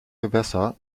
gewässer